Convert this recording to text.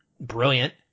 brilliant